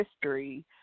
history